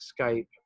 skype